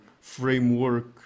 framework